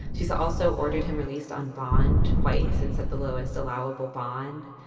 she's also ordered him released on bond twice since at the lowest allowable bond.